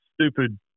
stupid